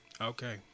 Okay